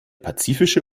pazifische